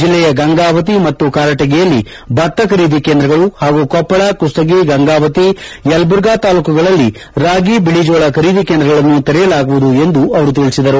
ಜಿಲ್ಲೆಯ ಗಂಗಾವತಿ ಮತ್ತು ಕಾರಟಗಿಯಲ್ಲಿ ಭತ್ತ ಖರೀದಿ ಕೇಂದ್ರಗಳು ಹಾಗೂ ಕೊಪ್ಪಳ ಕುಷ್ವಗಿ ಗಂಗಾವತಿ ಯಲಬುರ್ಗಾ ತಾಲ್ಲೂಕುಗಳಲ್ಲಿ ರಾಗಿ ಬಿಳಿಜೋಳ ಖರೀದಿ ಕೇಂದ್ರಗಳನ್ನು ತೆರೆಯಲಾಗುವುದು ಎಂದು ಅವರು ತಿಳಿಸಿದರು